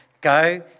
go